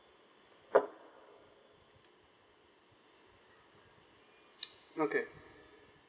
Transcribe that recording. okay